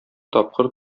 тапкыр